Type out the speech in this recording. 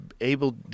able